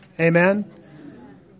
Amen